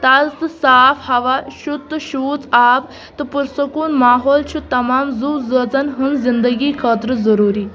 تازٕ تہٕ صاف ہوا شُد تہٕ شوٗژ آب تہٕ پُرسکوٗن ماحول چھُ تمام زُو زٲژن ہٕنٛز زندگی خٲطرٕ ضروٗری